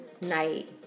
night